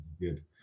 good